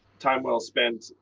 time well spent.